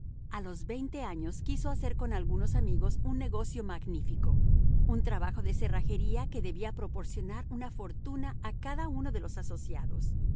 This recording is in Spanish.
a los veinte años quiso hacer con algunos amigos un negocio magnífico un trabajo de cerrajería que debía proporcionar una fortuna a cada uno de los asociados